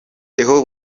theo